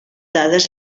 dades